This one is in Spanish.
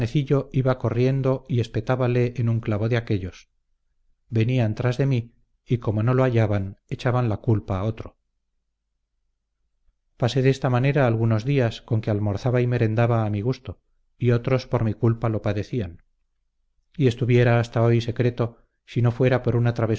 iba corriendo y espetábale en un clavo de aquellos venían tras de mí y como no lo hallaban echaban la culpa a otro pasé de esta manera algunos días con que almorzaba y merendaba a mi gusto y otros por mi culpa lo padecían y estuviera hasta hoy secreto si no fuera por una